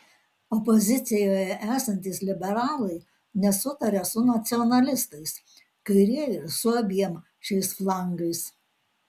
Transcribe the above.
opozicijoje esantys liberalai nesutaria su nacionalistais kairieji su abiem šiais flangais